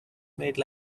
made